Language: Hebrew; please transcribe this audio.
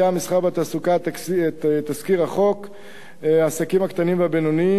המסחר והתעסוקה את תזכיר חוק עסקים קטנים ובינוניים,